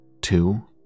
Two